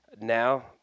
now